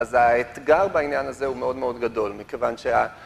‫אז האתגר בעניין הזה ‫הוא מאוד מאוד גדול, ‫מכיוון שה...